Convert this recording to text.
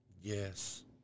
Yes